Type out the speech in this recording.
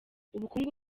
ubukungu